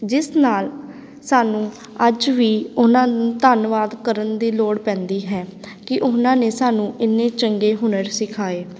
ਜਿਸ ਨਾਲ ਸਾਨੂੰ ਅੱਜ ਵੀ ਉਹਨਾਂ ਨੂੰ ਧੰਨਵਾਦ ਕਰਨ ਦੀ ਲੋੜ ਪੈਂਦੀ ਹੈ ਕਿ ਉਹਨਾਂ ਨੇ ਸਾਨੂੰ ਇੰਨੇ ਚੰਗੇ ਹੁਨਰ ਸਿਖਾਏ